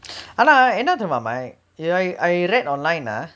ஆனா என்ன தெரியுமா:annaa enna teriyumaa mike I I read online ah